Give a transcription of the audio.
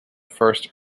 first